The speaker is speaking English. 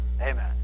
Amen